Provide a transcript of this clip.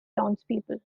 townspeople